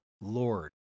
Lord